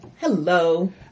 Hello